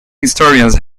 historians